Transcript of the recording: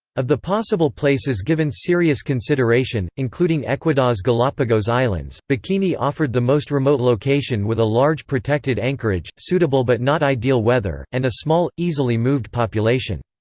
of the possible places given serious consideration, including ecuador's galapagos islands, bikini offered the most remote location with a large protected anchorage, suitable but not ideal weather, and a small, easily moved population.